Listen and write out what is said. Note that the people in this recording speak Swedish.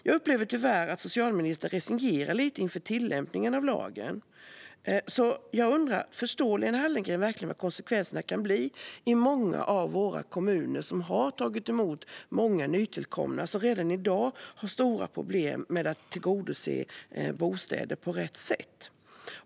Jag upplever tyvärr att socialministern resignerar lite inför tillämpningen av lagen. Jag undrar om Lena Hallengren verkligen förstår vad konsekvenserna kan bli i många av våra kommuner som har tagit emot många nytillkomna och som redan i dag har stora problem med att tillgodose behovet av bostäder på rätt sätt.